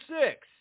six